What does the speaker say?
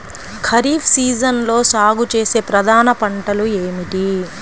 ఖరీఫ్ సీజన్లో సాగుచేసే ప్రధాన పంటలు ఏమిటీ?